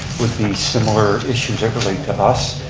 would be similar issues that relate to us.